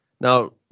Now